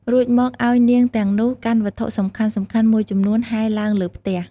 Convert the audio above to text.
រួចមកឱ្យនាងទាំងនោះ កាន់វត្ថុសំខាន់ៗមួយចំនួនហែរឡើងលើផ្ទះ។